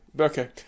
Okay